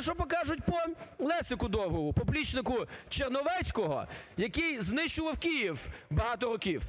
що покажуть по Лесику Довгому, поплічнику Черновецького, який знищував Київ багато років,